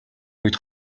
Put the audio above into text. үед